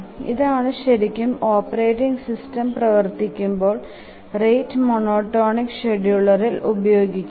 ഇതാണ് ശെരിക്കും operating system പ്രവർത്തിപികുമ്പോൾ റേറ്റ് മോനോടോണിക് ഷ്ഡ്യൂളറിൽ ഉപയോഗിക്കുന്നത്